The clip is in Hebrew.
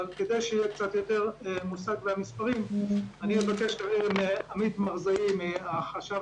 כדי שיהיה מושג לגבי המספרים אני אבקש מעמית מרזאי מהחשב